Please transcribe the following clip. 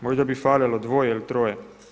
Možda bi falilo dvoje ili troje.